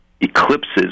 eclipses